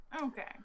okay